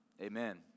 amen